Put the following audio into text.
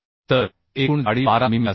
तर एकूण जाडी 12 मिमी असेल